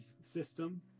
system